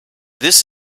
this